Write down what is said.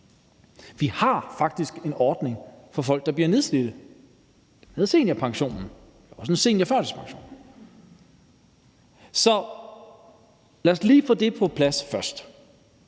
Vi har faktisk en ordning for folk, der bliver nedslidte, og den hedder seniorpensionen, og der er også er en seniorførtidspension. Så lad os lige få det på plads først.